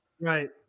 Right